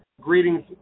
Greetings